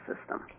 system